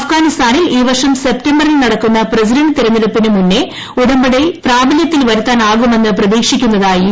അഫ്ഗാനിസ്ഥാനിൽ ഇൌ വർഷം സെപ്തംബറിൽ നടക്കുന്ന പ്രസിഡന്റ് തിരഞ്ഞെടുപ്പിന് മുന്നേ ഉടമ്പടി പ്രാബല്യത്തിൽ വരുത്താനാകുമെന്ന് പ്രതീഷിക്കുന്ന തായി യു